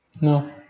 No